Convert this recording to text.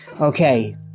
Okay